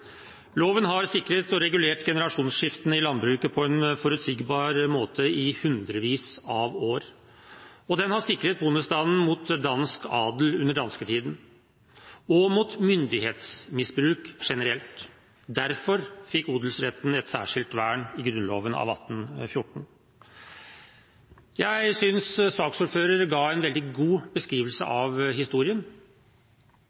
Loven har sikret og regulert generasjonsskiftene i landbruket på en forutsigbar måte i hundrevis av år, og den har sikret bondestanden mot dansk adel under dansketiden og mot myndighetsmisbruk generelt. Derfor fikk odelsretten et særskilt vern i Grunnloven av 1814. Jeg synes saksordføreren ga en veldig god beskrivelse